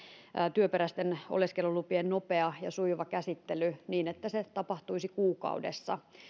työperäisten oleskelulupien nopea ja sujuva käsittely niin että se tapahtuisi kuukaudessa